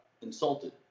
insulted